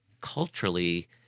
culturally